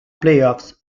playoffs